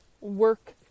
work